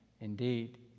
indeed